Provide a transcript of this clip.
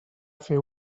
fer